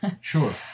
Sure